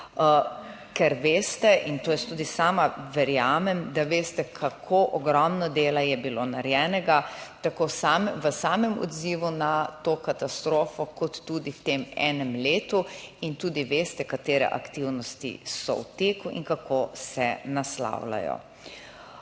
ker veste in to jaz tudi sama verjamem, da veste, kako ogromno dela je bilo narejenega, tako sam, v samem odzivu na to katastrofo kot tudi v tem enem letu in tudi veste, katere aktivnosti so v teku in kako se naslavljajo.